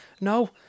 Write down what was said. No